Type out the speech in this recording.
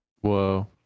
whoa